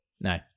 No